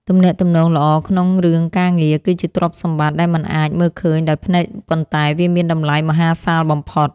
ទំនាក់ទំនងល្អក្នុងរឿងការងារ គឺជាទ្រព្យសម្បត្តិដែលមិនអាចមើលឃើញដោយភ្នែកប៉ុន្តែវាមានតម្លៃមហាសាលបំផុត។